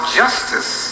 justice